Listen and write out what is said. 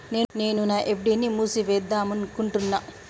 నేను నా ఎఫ్.డి ని మూసివేద్దాంనుకుంటున్న